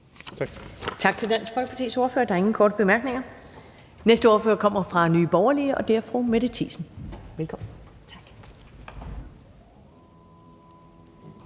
Tak til Dansk Folkepartis ordfører. Der er ingen korte bemærkninger. Den næste ordfører kommer fra Nye Borgerlige, og det er fru Mette Thiesen. Velkommen. Kl.